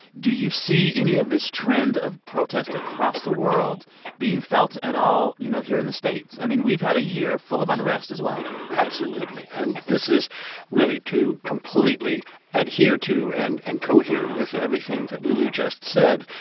do you see any of this trend of protests across the world being felt at all, you know, here in the states? i mean, we've had a year full of unrest, as well absolutely. and this is really to completely adhere to and and cohere with everything that lulu just said.